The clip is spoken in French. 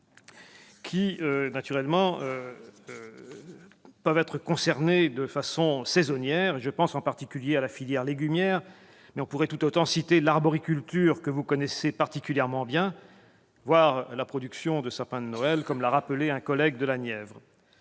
et l'emploi propre à certaines productions saisonnières ; je pense en particulier à la filière légumière, mais l'on pourrait tout autant citer l'arboriculture, que vous connaissez particulièrement bien, voire la production de sapins de Noël, comme l'a rappelé un collègue de la Nièvre.